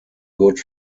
good